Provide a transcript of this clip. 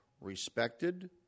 respected